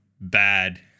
bad